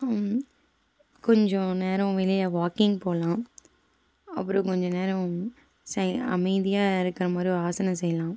கொஞ்சம் நேரம் வெளியே வாக்கிங் போகலாம் அப்புறம் கொஞ்சம் நேரம் சரி அமைதியாக இருக்கிற மாதிரி ஒரு ஆசனம் செய்யலாம்